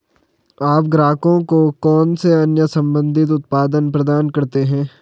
आप ग्राहकों को कौन से अन्य संबंधित उत्पाद प्रदान करते हैं?